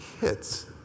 hits